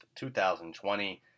2020